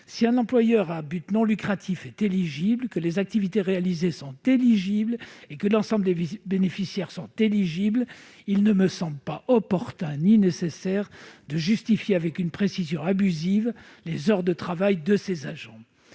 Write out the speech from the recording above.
Si un employeur à but non lucratif est éligible, que les activités réalisées sont éligibles et que l'ensemble des bénéficiaires est également éligible, il n'est ni opportun ni nécessaire de justifier avec une précision abusive les heures de travail de ces agents.